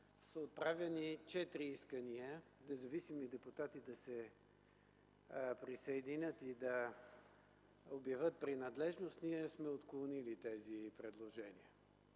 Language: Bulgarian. са отправяни четири искания – независими депутати да се присъединят и да обявят принадлежност, ние сме отклонили тези предложения.